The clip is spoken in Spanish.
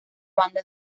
banda